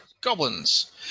goblins